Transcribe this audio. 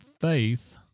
faith